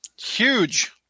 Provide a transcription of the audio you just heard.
huge